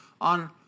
on